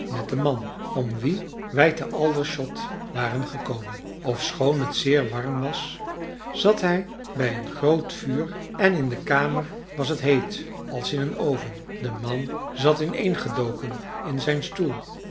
met den man om wien wij te aldershot waren gekomen ofschoon het zeer warm was zat hij bij een groot vuur en in de kamer was het heet als in een oven de man zat ineengedoken in zijn stoel